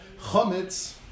Chometz